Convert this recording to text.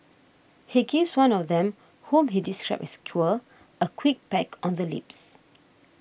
he gives one of them whom he describes as queer a quick peck on the lips